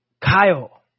Kyle